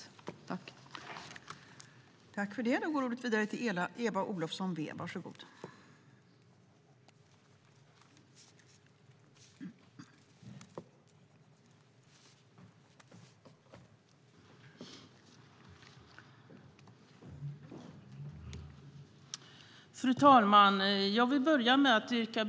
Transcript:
I detta anförande instämde Mikael Jansson .